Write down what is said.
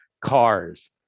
cars